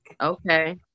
Okay